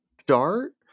start